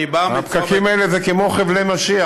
הפקקים האלה הם כמו חבלי משיח.